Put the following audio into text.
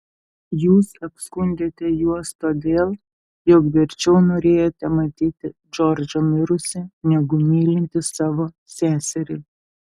jūs apskundėte juos todėl jog verčiau norėjote matyti džordžą mirusį negu mylintį savo seserį